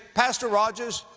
pastor rogers,